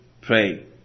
pray